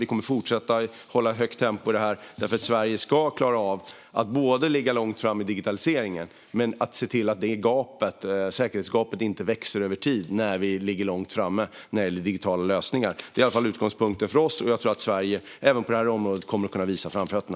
Vi kommer att fortsätta hålla högt tempo i detta, för Sverige ska klara av att både ligga långt fram i digitaliseringen och se till att säkerhetsgapet inte växer över tid när vi ligger långt framme vad gäller digitala lösningar. Det är i alla fall utgångspunkten för oss, och jag tror att Sverige även på det här området kommer att kunna visa framfötterna.